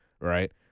right